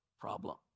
problem